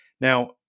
Now